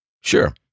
Sure